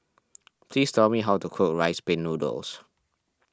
please tell me how to cook Rice Pin Noodles